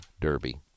Derby